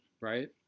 Right